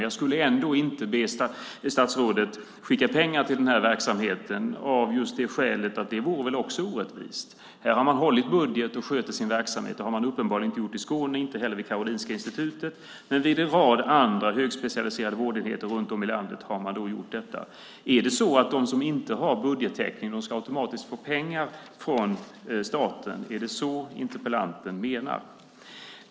Jag skulle ändå inte be statsrådet skicka pengar till den här verksamheten av det skälet att det väl vore orättvist. Här har man hållit budgeten och skött sin verksamhet. Det har man uppenbarligen inte gjort i Skåne och inte heller vid Karolinska Institutet. Men på en rad andra högspecialiserade vårdenheter runt om i landet har man gjort det. Är det så att de som inte har budgettäckning automatiskt ska få pengar från staten? Är det vad interpellanten menar?